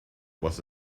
was